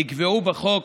נקבעו בחוק